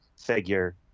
figure